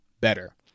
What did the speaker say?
better